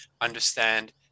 understand